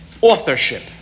Authorship